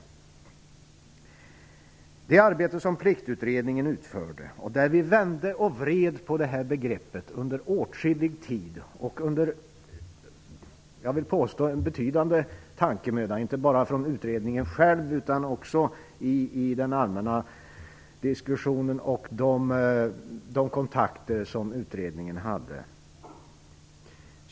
Under det arbete som Pliktutredningen utförde vände och vred vi på det här begreppet under åtskillig tid och under betydande tankemöda, inte bara i utredningen utan också i den allmänna diskussionen och vid de kontakter som utredningen hade.